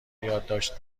یادداشت